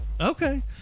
Okay